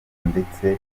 ndetse